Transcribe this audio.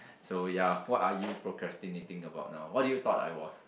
so ya what are you procrastinating about now what do you thought I was